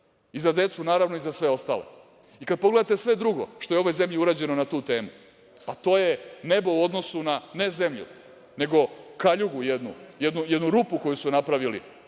i za decu naravno i za sve ostale. Kada pogledate sve drugo što je u ovoj zemlji urađeno na tu temu, to je nebo u odnosu na ne zemlju, nego kaljugu jednu, jednu rupu koju su napravili